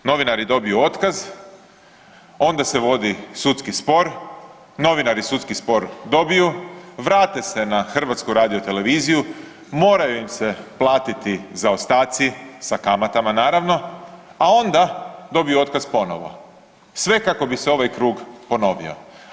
Novinari dobiju otkaz, onda se vodi sudski spor, novinari sudski spor dobiju, vrate se na HRT, moraju im se platiti zaostaci sa kamatama naravno, a onda dobiju otkaz ponovo, sve kako bi se ovaj krug ponovio.